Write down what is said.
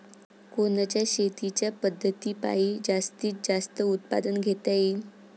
कोनच्या शेतीच्या पद्धतीपायी जास्तीत जास्त उत्पादन घेता येईल?